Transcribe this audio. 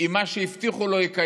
אם את מה שהבטיחו לו יקיימו,